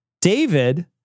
David